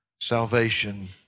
salvation